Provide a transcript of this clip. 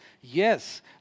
Yes